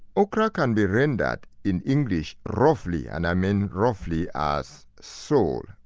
okra can be rendered in english roughly, and i mean roughly, as soul,